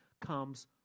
comes